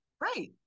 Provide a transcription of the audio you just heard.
Right